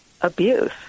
abuse